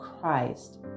Christ